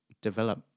develop